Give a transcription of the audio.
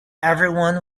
everyone